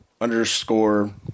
underscore